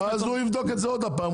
אז הוא יבדוק את זה עוד הפעם,